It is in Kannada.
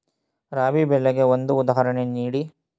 ರಾಬಿ ಬೆಳೆಗೆ ಒಂದು ಉದಾಹರಣೆ ನೀಡಿ